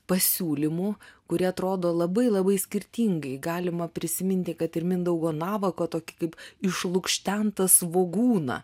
pasiūlymų kurie atrodo labai labai skirtingai galima prisiminti kad ir mindaugo navako tokį kaip išlukštentą svogūną